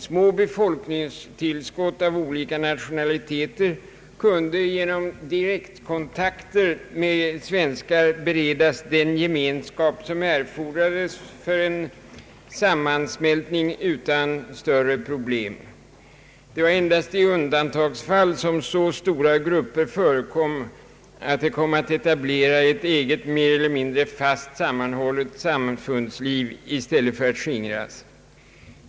Små befolkningstillskott av olika nationaliteter kunde genom =<:direktkontakter med svenskar beredas den gemenskap som erfordrades för en sammansmältning utan större problem. Det var endast i undantagsfall fråga om så stora grupper att de kom att etablera ett eget, mer eller mindre fast sammanhållet samfundsliv i stället för att skingras.